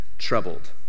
troubled